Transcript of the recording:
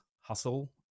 hustle